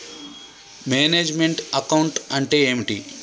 Manage meant account అంటే ఏమిటి?